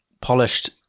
polished